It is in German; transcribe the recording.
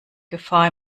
gefahr